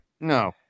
No